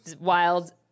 wild